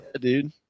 dude